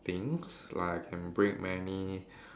of things like I can break many